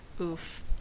Oof